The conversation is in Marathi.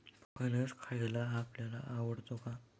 फणस खायला आपल्याला आवडतो का?